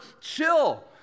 chill